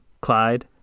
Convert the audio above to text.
Clyde